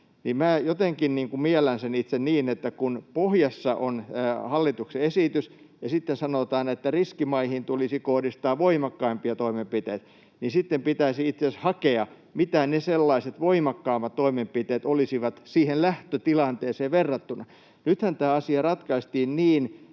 miellän sen itse niin, että kun pohjassa on hallituksen esitys ja sitten sanotaan, että riskimaihin tulisi kohdistaa voimakkaampia toimenpiteitä, niin sitten pitäisi itse asiassa hakea, mitä ne sellaiset voimakkaammat toimenpiteet olisivat siihen lähtötilanteeseen verrattuna. Nythän tämä asia ratkaistiin niin,